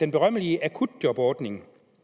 den berømmelige akutjobordning.